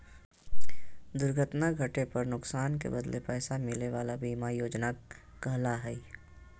दुर्घटना घटे पर नुकसान के बदले पैसा मिले वला बीमा योजना कहला हइ